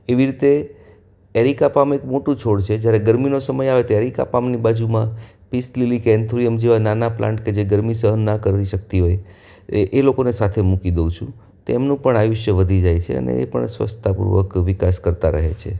એવી રીતે areca palm એક મોટું છોડ છે જ્યારે ગરમીનો સમય આવે ત્યારે એરિકા પામની બાજુમાં પીસ લીલી કેનથુરિયમ જેવા નાના પ્લાન્ટ કે જે ગરમી સહન ના કરી શકતી હોય એ એ લોકોને સાથે મૂકી દઉં છું તેમનું પણ આયુષ્ય વધી જાય છે અને એ પણ સ્વચ્છતાપૂર્વક વિકાસ કરતા રહે છે